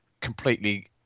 completely